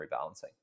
rebalancing